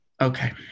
Okay